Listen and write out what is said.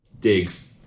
Digs